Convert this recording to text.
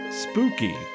spooky